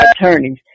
attorneys